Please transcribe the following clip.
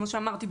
כמו שאמרתי,